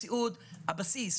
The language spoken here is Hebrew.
הבסיס,